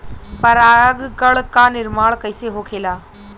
पराग कण क निर्माण कइसे होखेला?